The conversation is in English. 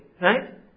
right